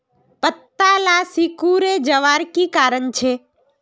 पत्ताला सिकुरे जवार की कारण छे?